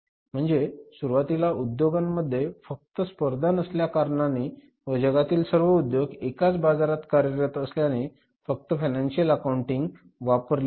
म्हणजे सुरुवातीला उद्योगांमध्ये जास्त स्पर्धा नसल्या कारणाने व जगातील सर्व उद्योग एकाच बाजारात कार्यरत असल्याने फक्त फायनान्शिअल अकाउंटिंग वापरली जात